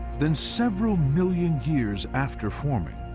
then several million years after forming,